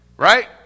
Right